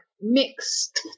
mixed